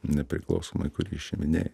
nepriklausomai kurį išiminėji